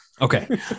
Okay